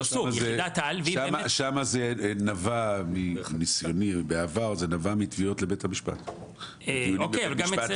בעבר שם זה נבע מתביעות לבית המשפט העליון.